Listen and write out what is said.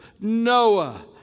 Noah